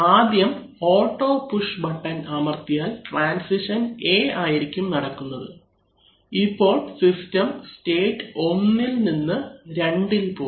ആദ്യം auto push button അമർത്തിയാൽ transition A ആയിരിക്കും നടക്കുന്നത് ഇപ്പോൾ സിസ്റ്റം സ്റ്റേറ്റ് 1ഇൽ നിന്ന് 2ഇൽ പോകും